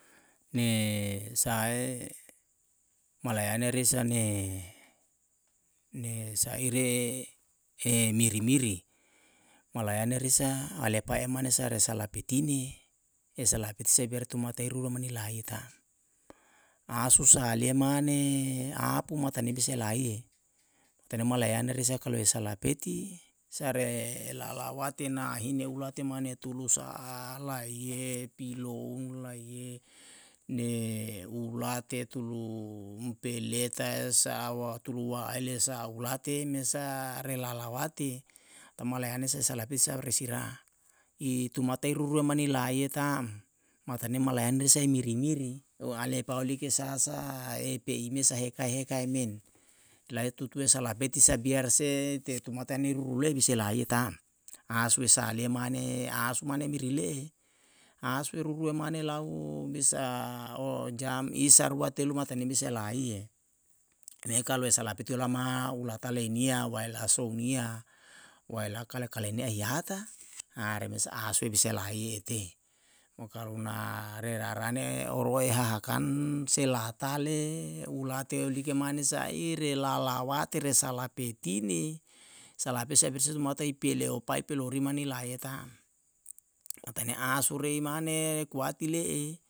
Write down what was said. Ni sahae malayane risa ni saire e miri miri, malayane risa alepa e mane sa resa lapitine esa lahae piti se biar tumata eru olama ni lai tam, a susa alie mane apu matane bisa elaie matane malayane risa kalu isala peti sae re le lalawatina ahine ulate mane tulu sa'a laie piloun laie ne ulate tulu m'pele tae sa'awa tulu waele sa ulate mesa re lalatie pama layane se sala pisa orisera i tumata i ruru ramani laie ta'm matanie malayane sei miri miri o alepa olike sa sahae peime saheka hekae min, lae tutue sa labeti sae biar se te tumata ne ruru lei bisai laie ta'm. asue sa'alie mane asu mane miri le'e asu rurua mane lau bisa o jam isa rua telu mataem ni bisai elaie. me kalu esa lapetue olama ulata leinia waela sou nia waela kale kale nia hihata remasa asue bisa laiyete. mo kalu na re rarane orue hahakan se lahatale ulate olike mane saire lalawate re sala petine, sala pesai bisa tumata ipele opae pele orima ni lae ta'm atane asu rei mane kuati le'e